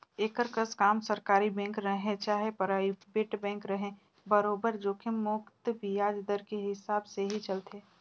एकर कस काम सरकारी बेंक रहें चाहे परइबेट बेंक रहे बरोबर जोखिम मुक्त बियाज दर के हिसाब से ही चलथे